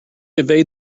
evade